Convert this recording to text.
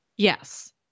Yes